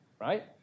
right